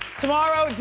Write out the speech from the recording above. tomorrow,